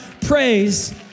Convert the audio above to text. praise